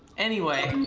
anyway.